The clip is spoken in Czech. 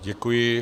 Děkuji.